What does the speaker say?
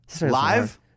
Live